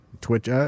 Twitch